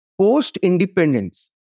post-independence